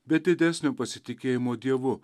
bet didesnio pasitikėjimo dievu